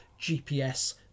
GPS